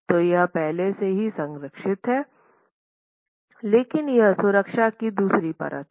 तो यह पहले से ही संरक्षित है लेकिन यह सुरक्षा की दूसरी परत है